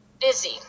Busy